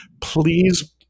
please